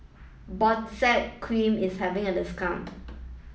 Benzac Cream is having a discount